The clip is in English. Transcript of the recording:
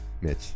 Mitch